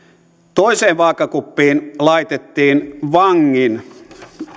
toiseen vaakakuppiin laitettiin vangin